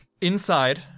Inside